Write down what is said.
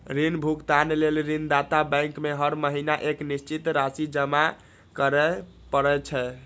ऋण भुगतान लेल ऋणदाता बैंक में हर महीना एक निश्चित राशि जमा करय पड़ै छै